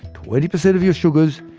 twenty percent of your sugars,